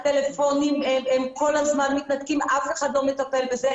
הטלפונים כל הזמן מתנתקים ואף אחד לא מטפל בזה.